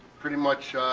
pretty much shy,